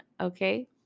okay